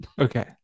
Okay